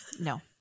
No